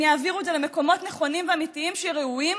הם יעבירו את זה למקומות נכונים ואמיתיים שראויים